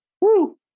Woo